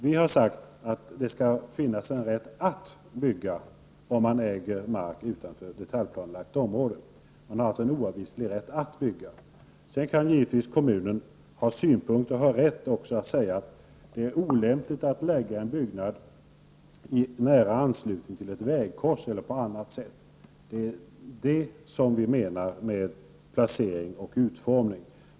Vi har sagt att det skall finnas en rätt att bygga om man äger marken utanför ett detaljplanelagt område. Man skall alltså ha en oavvislig rätt att bygga. Sedan kan kommunen givetvis ha synpunkter och rätt att säga att det är olämpligt att placera en byggnad i nära anslutning till ett vägkors, osv. Det är detta som vi menar med placering och utformning.